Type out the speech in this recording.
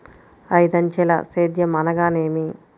ఐదంచెల సేద్యం అనగా నేమి?